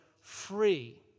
free